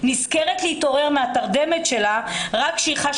נזכרת להתעורר מהתרדמה שלה רק כשהיא חשה